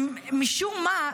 משום מה,